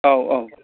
औ औ